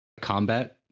combat